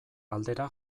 aldera